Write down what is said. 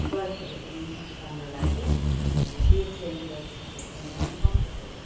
बर्थहरू पनि राम्रो लाग्यो यो डे ट्रेनको सिटहरू पनि एकदमै कम्फोर्टेबल